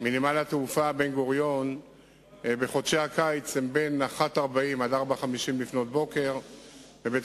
מנמל התעופה בן-גוריון בחודשי הקיץ הן 01:40 עד 04:50,